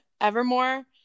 Evermore